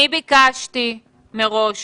אני ביקשתי מראש